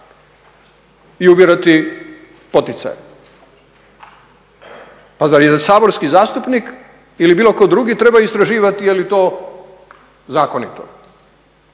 I ubirati poticaje. Pa zar saborski zastupnik ili bilo tko drugi trebaju istraživati je li to zakonito?